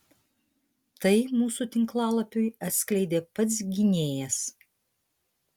tai mūsų tinklalapiui atskleidė pats gynėjas